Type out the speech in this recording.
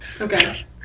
Okay